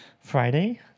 Friday